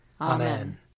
Amen